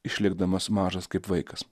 išlikdamas mažas kaip vaikas